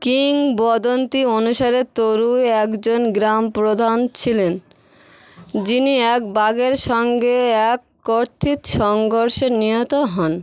কিংবদন্তি অনুসারে তরু একজন গ্রামপ্রধান ছিলেন যিনি এক বাঘের সঙ্গে এক কর্তৃত সংঘর্ষে নিহত হন